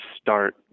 start